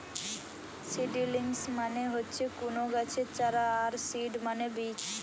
seedlings মানে হচ্ছে কুনো গাছের চারা আর সিড মানে বীজ